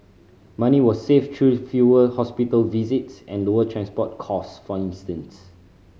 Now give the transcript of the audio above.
money was saved through fewer hospital visits and lower transport costs for instance